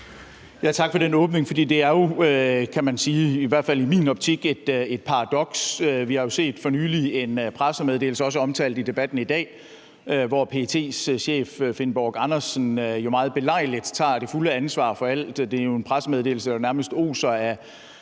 er, kan man sige, i hvert fald i min optik et paradoks. Vi har jo for nylig set en pressemeddelelse, som også er blevet omtalt i debatten i dag, hvor PET's chef, Finn Borch Andersen, meget belejligt tager det fulde ansvar for alt. Det er jo en pressemeddelelse, som i